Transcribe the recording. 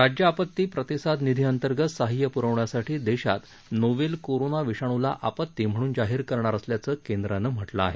राज्य आपती प्रतिसाद निधी अंतर्गत सहाय्य प्रवण्यासाठी देशात नोवेल कोरोना विषाणुला आपती म्हणून जाहीर करणार असल्याचं केंद्रानं म्हटलं आहे